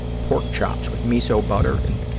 pork chops with miso butter and,